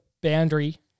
boundary